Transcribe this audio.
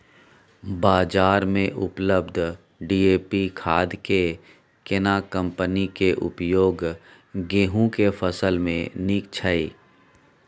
बाजार में उपलब्ध डी.ए.पी खाद के केना कम्पनी के उपयोग गेहूं के फसल में नीक छैय?